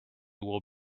will